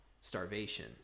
starvation